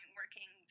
working